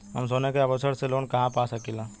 हम सोने के आभूषण से लोन कहा पा सकीला?